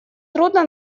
трудно